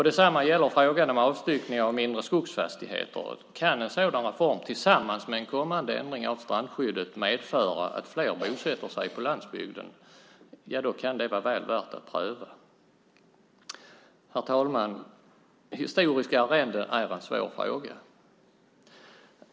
Detsamma gäller frågan om avstyckning av mindre skogsfastigheter. Om en sådan reform, tillsammans med en kommande ändring av strandskyddet, kan medföra att fler bosätter sig på landsbygden är den väl värd att pröva. Herr talman! Historiska arrenden är en svår fråga.